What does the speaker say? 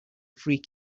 free